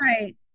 Right